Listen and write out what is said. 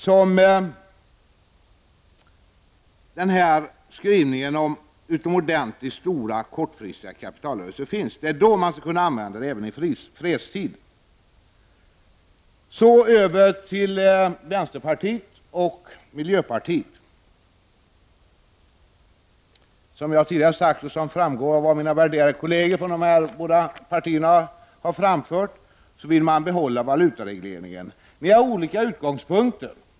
Härav följer skrivningen om ”utomordentligt stora kortfristiga kapitalrörelser”. I en sådan situation skall åtgärderna i fråga kunna vidtas även i fredstid. Så några kommentarer till vänsterpartiet och miljöpartiet. Som jag tidigare har sagt, och detta har också mina värderade kolleger i dessa båda partier framfört, vill man behålla valutaregleringen. Ni har olika utgångspunk ter.